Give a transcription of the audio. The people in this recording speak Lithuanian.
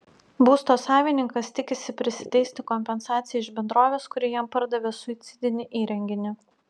būsto savininkas tikisi prisiteisti kompensaciją iš bendrovės kuri jam pardavė suicidinį įrenginį